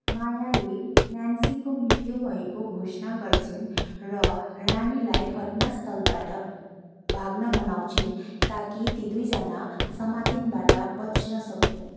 मायाले न्यान्सीको मृत्यु भएको घोषणा गर्छिन् र रानीलाई घटनास्थलबाट भाग्न मनाउँछिन् ताकि ती दुईजना समातिनबाट बच्न सकुन्